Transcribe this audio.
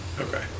Okay